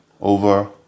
over